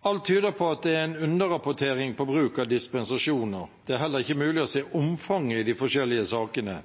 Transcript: Alt tyder på at det er en underrapportering på bruk av dispensasjoner. Det er heller ikke mulig å se omfanget i de forskjellige sakene.